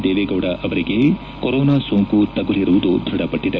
ದೇವೇಗೌಡ ಅವರಿಗೆ ಕೊರೋನಾ ಸೋಂಕು ತಗುಲಿರುವುದು ದೃಢಪಟ್ಟದೆ